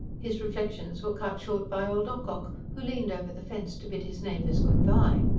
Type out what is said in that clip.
his reflections were cut short by old ocock, who leaned over the fence to bid his neighbours good-bye.